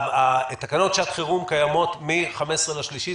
תקנות שעת חירום קיימות מ-15 במרץ,